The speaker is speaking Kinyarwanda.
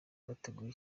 bateguye